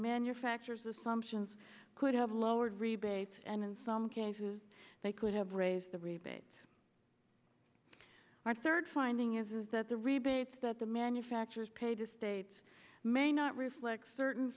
manufacturers assumptions could have lowered rebates and in some cases they could have raised the rebates are third finding is that the rebates that the manufacturers pay to states may not reflect certain